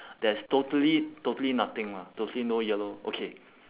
there's totally totally nothing lah totally no yellow okay